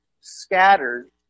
scattered